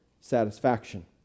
satisfaction